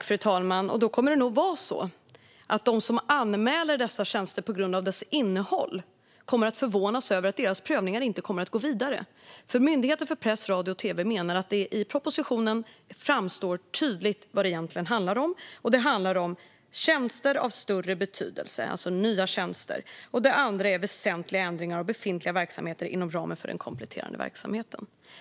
Fru talman! Det kommer nog att vara så att de som anmäler dessa tjänster på grund av innehållet blir förvånade över att deras prövningar inte går vidare. Myndigheten för press, radio och tv menar att det i propositionen tydligt framgår vad det egentligen handlar om, nämligen tjänster av större betydelse. Det gäller då nya tjänster. Det handlar även om väsentliga ändringar av befintliga verksamheter inom ramen för den kompletterande verksamheten.